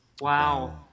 wow